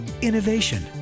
Innovation